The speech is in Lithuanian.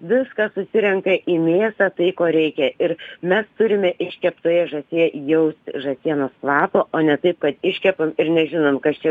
viską susirenka į mėsą tai ko reikia ir mes turime iškeptoje žąsyje jaust žąsienos kvapą o ne taip kad iškepam ir nežinom kas čia